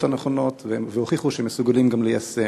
הנכונות והוכיחו שהם מסוגלים ליישם.